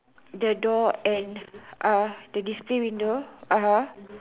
the door and uh the display window a'ah